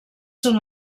són